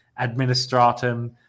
administratum